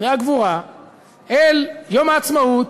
והגבורה אל יום העצמאות,